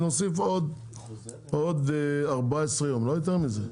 נוסיף עוד 14 יום לא יותר מזה,